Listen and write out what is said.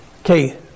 Okay